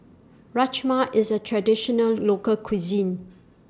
Rajma IS A Traditional Local Cuisine